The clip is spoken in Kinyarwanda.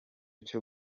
cyo